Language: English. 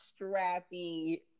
strappy